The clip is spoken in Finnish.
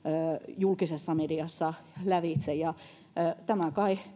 julkisessa mediassa lävitse tämä kai